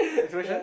next question